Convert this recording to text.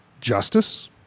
justice